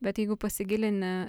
bet jeigu pasigilini